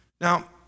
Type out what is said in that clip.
Now